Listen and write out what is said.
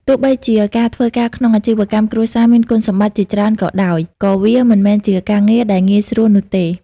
ទោះបីជាការធ្វើការក្នុងអាជីវកម្មគ្រួសារមានគុណសម្បត្តិជាច្រើនក៏ដោយ ក៏វាមិនមែនជាការងារដែលងាយស្រួលនោះទេ។